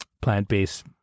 plant-based